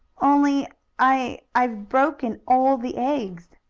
only i i've broken all the eggs!